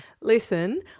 Listen